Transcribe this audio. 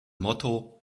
motto